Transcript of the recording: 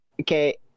Okay